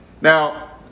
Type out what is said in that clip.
now